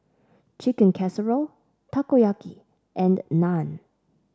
Chicken Casserole Takoyaki and Naan